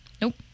Nope